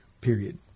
period